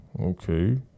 okay